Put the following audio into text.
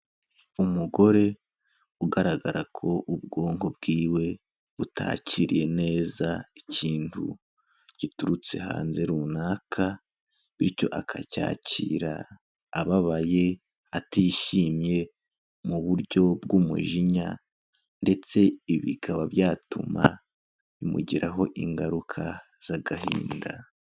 Umugore ugaragara ko ubwonko bwiwe butakiriye neza ikintu giturutse hanze runaka bityo akacyakira ababaye atishimye, mu buryo bw'umujinya ndetse ibi bikaba byatuma bimugiraho ingaruka z'agahinda.